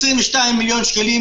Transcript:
22 מיליון שקלים,